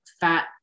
fat